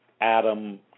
Adam